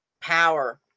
power